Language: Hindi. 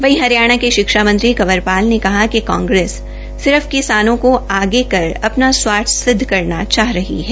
वहीं हरियाणा के शिक्षा मंत्री कंवर पाल ने कहा कि कांग्रेस सिर्फ किसानों को आगे कर अपना स्वार्थ सिदध करना चाह रही है